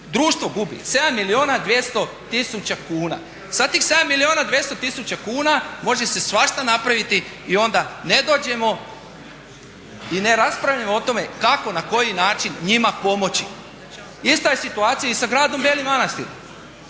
društvo gubi 7 milijuna 200 tisuća kuna. Sada tih 7 milijuna 200 tisuća kuna može se svašta napraviti i onda ne dođemo i ne raspravljamo o tome kako, na koji način njima pomoći. Ista je situacija i sa gradom Beli Manastir.